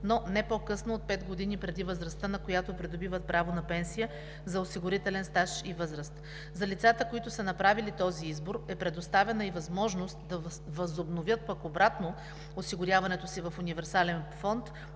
но не по-късно от пет години преди възрастта, на която придобиват право на пенсия за осигурителен стаж и възраст. За лицата, които са направили този избор, е предоставена и възможност да възобновят пък обратно осигуряването си в универсален фонд,